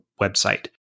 website